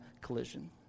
collision